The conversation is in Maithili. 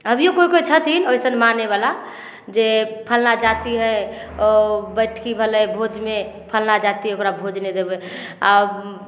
अभिओ कोइ कोइ छथिन ओइसन मानैवला जे फल्लाँ जाति हइ ओ बैठकी भेलै भोजमे फल्लाँ जाति ओकरा भोज नहि देबै आओर